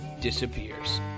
disappears